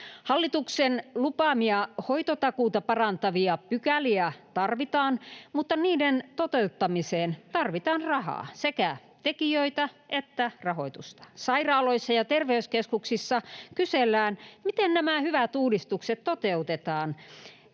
Hallituksen lupaamia hoitotakuuta parantavia pykäliä tarvitaan, mutta niiden toteuttamiseen tarvitaan rahaa, sekä tekijöitä että rahoitusta. Sairaaloissa ja terveyskeskuksissa kysellään, miten nämä hyvät uudistukset toteutetaan,